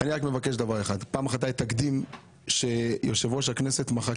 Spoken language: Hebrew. רק אני מבקש - פעם אחת היה תקדים שיושב ראש הכנסת מחק